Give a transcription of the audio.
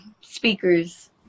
speakers